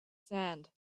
sand